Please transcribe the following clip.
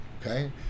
okay